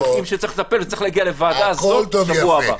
יודעים שצריך לטפל ושצריך להגיע לוועדה הזאת שבוע הבא.